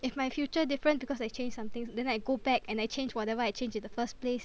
if my future different because I changed something then I go back and change whatever I changed in the first place